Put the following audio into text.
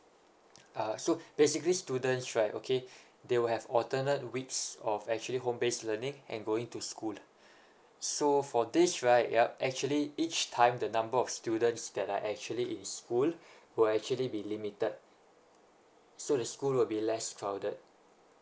uh so basically students right okay they will have alternate weeks of actually home based learning and going to school so for this right yup actually each time the number of students that are actually in school will actually be limited so the school will be less crowded